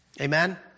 Amen